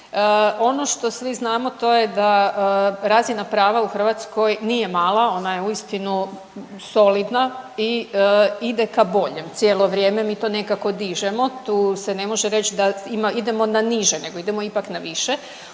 Ono što svi znamo to je da razina prava u Hrvatskoj nije mala, ona je uistinu solidna i ide ka boljem, cijelo vrijeme mi to nekako dižemo, tu se ne može reć da idemo na niže nego idemo ipak na više.